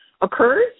occurs